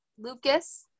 Lucas